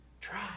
Try